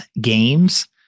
games